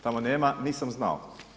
Tamo nema nisam znao.